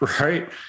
right